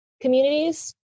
communities